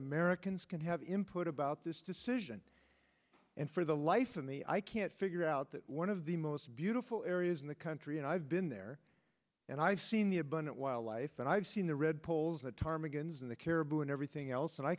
americans can have input about this decision and for the life of me i can't figure out that one of the most beautiful areas in the country and i've been there and i've seen the abundant wildlife and i've seen the redpolls the ptarmigan xin the caribou and everything else and i